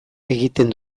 egiten